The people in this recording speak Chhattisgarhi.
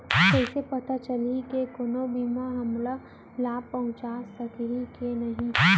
कइसे पता चलही के कोनो बीमा हमला लाभ पहूँचा सकही के नही